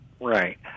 Right